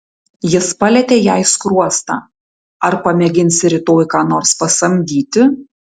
jis palietė jai skruostą ar pamėginsi rytoj ką nors pasamdyti